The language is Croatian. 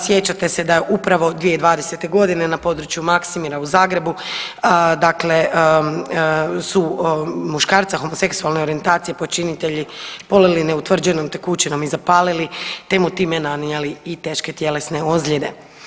Sjećate se da je upravo 2020. godine na području Maksimira u Zagrebu, dakle su muškarca homoseksualne orijentacije počinitelji polili neutvrđenom tekućinom i zapalili, te u time nanijeli i teške tjelesne ozljede.